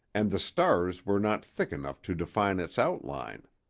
and the stars were not thick enough to define its outline.